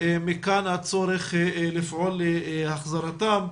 מכאן הצורך לפעול להחזרתם.